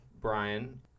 Brian